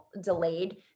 delayed